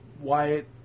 Wyatt